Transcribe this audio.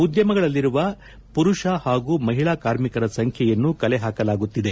ಉದ್ದಮಗಳಲ್ಲಿರುವ ಮರುಷ ಹಾಗೂ ಮಹಿಳಾ ಕಾರ್ಮಿಕರ ಸಂಖ್ಯೆಯನ್ನು ಕಲೆ ಹಾಕಲಾಗುತ್ತಿದ